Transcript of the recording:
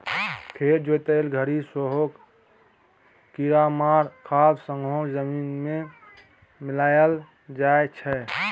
खेत जोतय घरी सेहो कीरामार खाद संगे जमीन मे मिलाएल जाइ छै